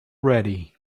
ready